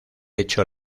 hecho